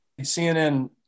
CNN